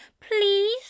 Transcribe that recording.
Please